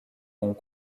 ont